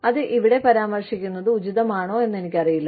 അത് ഇവിടെ പരാമർശിക്കുന്നത് ഉചിതമാണോ എന്ന് എനിക്കറിയില്ല